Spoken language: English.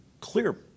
clear